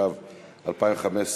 התשע"ו 2015,